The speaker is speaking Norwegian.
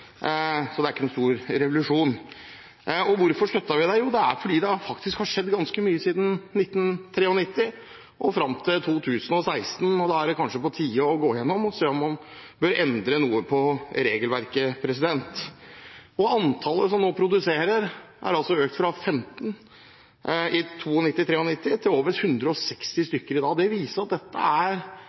så det er ikke noen stor revolusjon. Og hvorfor sluttet vi der? Jo, det er fordi det faktisk har skjedd ganske mye siden 1993 og fram til 2016, og da er det kanskje på tide å gå igjennom regelverket og se på om man bør endre på noe. Antallet som nå produserer, har altså økt fra 15 i 1992–1993 til over 160 i dag. Det viser at dette er